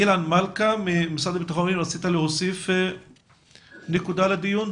אילן מלכה, רצית להוסיף נקודה לדיון?